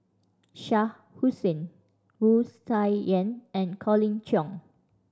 Shah Hussain Wu Tsai Yen and Colin Cheong